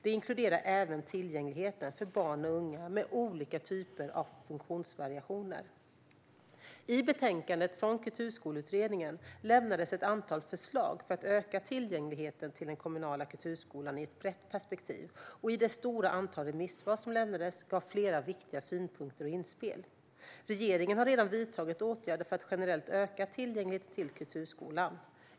Det inkluderar även tillgängligheten för barn och unga med olika typer av funktionsvariationer. I betänkandet från Kulturskoleutredningen lämnades ett antal förslag för att öka tillgängligheten till den kommunala kulturskolan i ett brett perspektiv, och i det stora antal remissvar som lämnades gavs flera viktiga synpunkter och inspel. Regeringen har redan vidtagit åtgärder för att generellt öka tillgängligheten till kulturskolan.